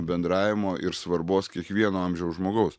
bendravimo ir svarbos kiekvieno amžiaus žmogaus